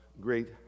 great